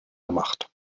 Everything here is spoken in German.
gemacht